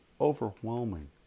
overwhelming